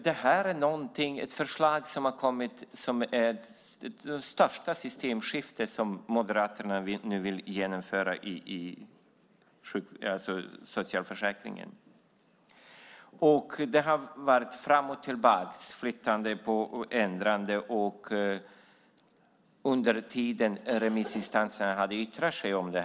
Det förslag som lagts fram innebär det största systemskiftet någonsin som Moderaterna nu vill genomföra i socialförsäkringen. Förslaget har gått fram och tillbaka, och det har varit ett flyttande och ändrande under den tid remissinstanserna skulle yttra sig om det.